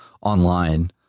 online